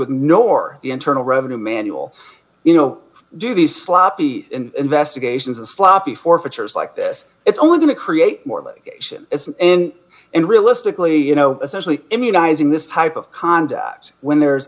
ignore the internal revenue manual you know do these sloppy investigations and sloppy forfeitures like this it's only going to create more like him and and realistically you know essentially immunizing this type of conduct when there's